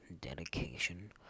dedication